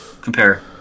compare